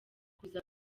kuza